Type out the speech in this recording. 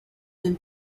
been